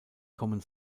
kommen